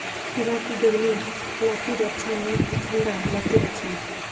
खीरा की गर्मी लात्तिर अच्छा ना की ठंडा लात्तिर अच्छा?